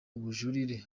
ubujurire